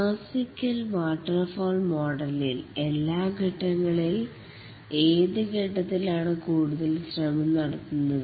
classical waterfall മോഡലിൽ എല്ലാ ഘട്ടങ്ങളിൽ ഏത് ഘട്ടത്തിലാണ് കൂടുതൽ ശ്രമം നടത്തുന്നത്